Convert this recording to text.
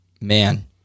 Man